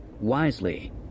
Wisely